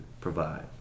provide